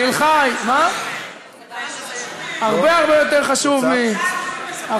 תל-חי הרבה הרבה יותר חשוב מאחוזים,